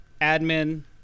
Admin